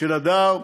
של הדר,